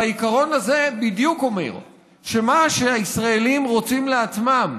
והעיקרון הזה בדיוק אומר שמה שהישראלים רוצים לעצמם,